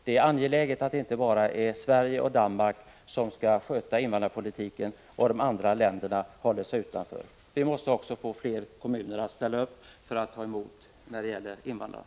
Det är angeläget att det inte bara är Sverige och Danmark som sköter invandrarpolitiken och de andra länderna håller sig utanför. Vi måste också få fler kommuner att ställa upp och ta emot invandrare.